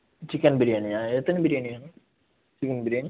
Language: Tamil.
சிக்கென் பிரியாணியா எத்தனை பிரியாணி வேணும் சிக்கென் பிரியாணி